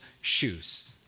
shoes